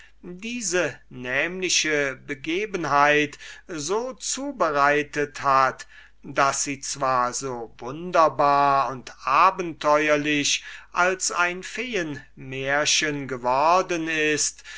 diese nämliche begebenheit so accommodiert hat daß sie zwar so wunderbar und abenteuerlich als ein feenmärchen worden ist